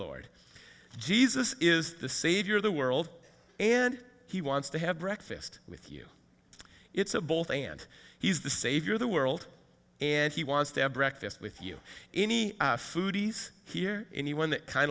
lord jesus is the savior of the world and he wants to have breakfast with you it's a both and he's the savior of the world and he wants to have breakfast with you any foodies here anyone that kind